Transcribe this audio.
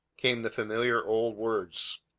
came the familiar old words.